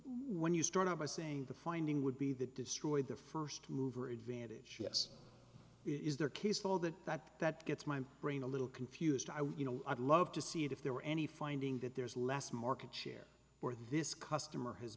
when you start out by saying the finding would be that destroyed the first mover advantage yes it is their case though that that that gets my brain a little confused i would you know i'd love to see if there were any finding that there's less market share for this customer has